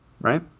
right